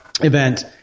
event